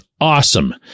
awesome